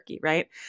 right